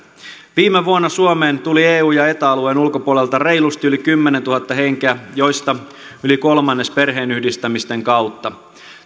viime vuonna suomeen tuli eu ja eta alueen ulkopuolelta reilusti yli kymmenentuhatta henkeä joista yli kolmannes perheenyhdistämisten kautta